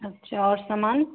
अच्छा और समान